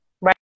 right